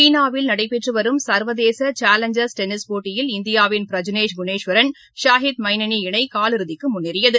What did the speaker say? சீனாவில் நடைபெற்று வரும் சர்வதேச சேலஞ்சர்ஸ் டென்னிஸ் போட்டியில் இந்தியாவின் பிரஜ்னேஷ் குன்னேஸ்வரன் சாகேத் மைனேனி இணை காலிறுதிக்கு முன்னேறியது